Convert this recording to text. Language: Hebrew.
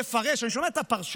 לפרש, אני שומע את הפרשנים,